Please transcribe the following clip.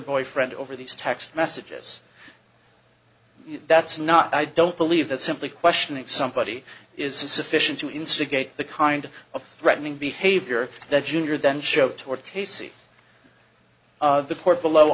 boyfriend over these text messages that's not i don't believe that simply question if somebody is sufficient to instigate the kind of threatening behavior that junior then show toward casey of the court below